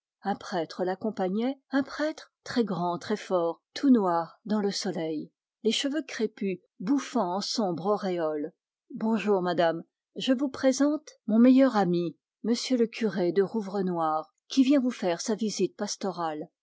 un prêtre l'accompagnait un prêtre très grand très fort tout noir dans le soleil les cheveux crépus bouffant en sombre auréole bonjour madame je vous présente mon meilleur ami m le curé de rouvrenoir qui vient vous faire sa visite pastorale